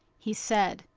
he said,